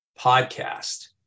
Podcast